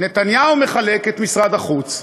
"נתניהו מחלק את משרד החוץ".